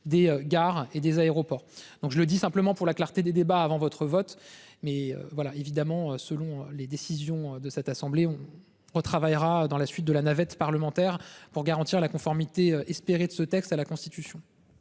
des gares et des aéroports. Donc je le dis simplement, pour la clarté des débats avant votre vote. Mais voilà évidemment selon les décisions de cette assemblée on on travaillera dans la suite de la navette parlementaire pour garantir la conformité espérer de ce texte à la constitution.